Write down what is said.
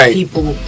people